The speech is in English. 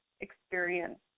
experience